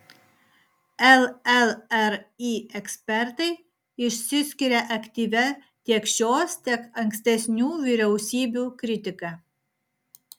llri ekspertai išsiskiria aktyvia tiek šios tiek ankstesnių vyriausybių kritika